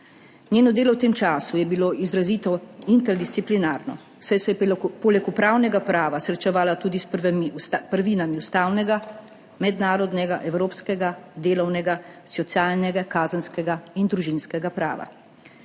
Njeno delo v tem času je bilo izrazito interdisciplinarno, saj se je poleg upravnega prava srečevala tudi s prvinami ustavnega, mednarodnega, evropskega, delovnega, socialnega, kazenskega in družinskega prava.